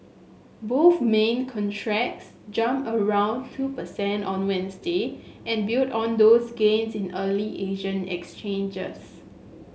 both main contracts jumped around two percent on Wednesday and built on those gains in early Asian exchanges